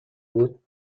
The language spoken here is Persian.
بود